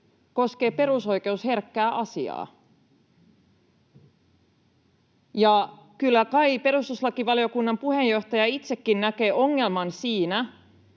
koskevat perusoikeusherkkää asiaa. Kyllä kai perustuslakivaliokunnan puheenjohtaja itsekin näkee ongelman siinä,